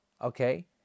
okay